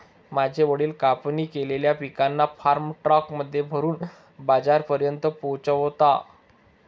माझे वडील कापणी केलेल्या पिकांना फार्म ट्रक मध्ये भरून बाजारापर्यंत पोहोचवता